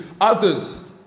others